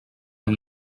amb